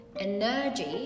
energy